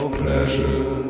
pleasure